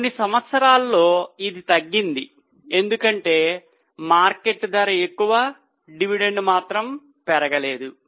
కొన్ని సంవత్సరాల్లో ఇది తగ్గింది ఎందుకంటే మార్కెట్ ధర ఎక్కువ డివిడెండ్ మాత్రము పెరగ లేదు